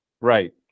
Right